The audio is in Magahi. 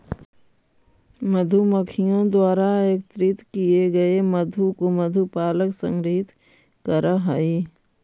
मधुमक्खियों द्वारा एकत्रित किए गए मधु को मधु पालक संग्रहित करअ हई